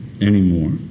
anymore